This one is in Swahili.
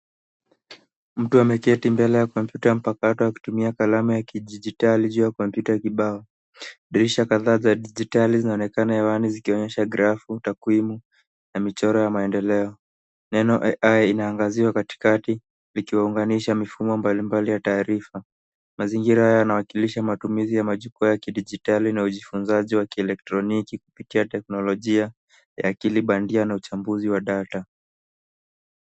Mtu ameketi mbele ya kompyuta ya mpakato akutumia kalamu ya kidijitali juu ya kompyuta kibao. Dirisha kadhaa za dijitali zinaonekana ya wazi zikionyasha grafu, takwimu na michoro ya maendeleo. Neno AI inaangaziwa katikati likiwaunganisha mifumo mbalimbali ya taarifa. Mazingira haya yananawakilisha matumizi ya majukwa ya kidijitali na ujifunzaji wa kielektroniki kupitia teknolojia ya akili bandia na uchambuzi wa data.